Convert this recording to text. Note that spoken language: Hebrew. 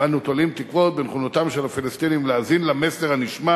ואנו תולים תקוות בנכונותם של הפלסטינים להאזין למסר הנשמע